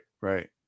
right